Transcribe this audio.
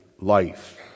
life